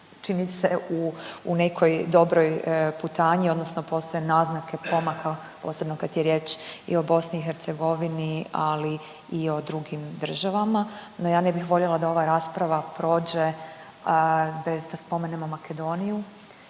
čini se u nekoj dobroj putanji odnosno postoje naznake pomaka posebno kad je riječ i o BiH, ali i o drugim državama. No, ja ne bih voljela da ova rasprava prođe bez da spomenemo Makedoniju